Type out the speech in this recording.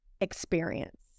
experience